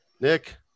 Nick